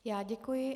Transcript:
Já děkuji.